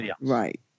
Right